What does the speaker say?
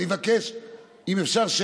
אני מבקש שקט, אם אפשר.